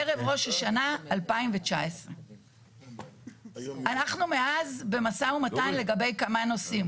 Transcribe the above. ערב ראש השנה 2019. אנחנו מאז במשא ומתן לגבי כמה נושאים.